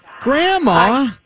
Grandma